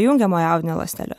jungiamojo audinio ląstele